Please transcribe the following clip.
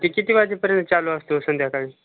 ते किती वाजेपर्यंत चालू असतं ओ संध्याकाळी